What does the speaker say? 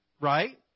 Right